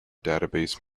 database